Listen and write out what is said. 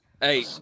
hey